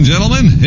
Gentlemen